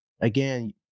again